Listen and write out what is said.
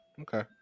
Okay